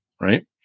right